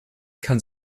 kann